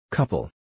Couple